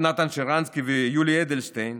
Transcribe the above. נתן שרנסקי ויולי אדלשטיין,